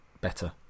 better